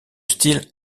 style